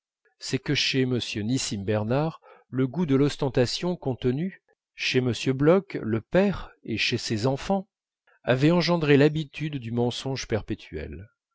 c'est que chez m nissim bernard le goût de l'ostentation contenu chez m bloch le père et chez ses enfants avait engendré l'habitude du mensonge perpétuel